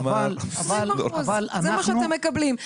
20% זה מה שאתם מקבלים,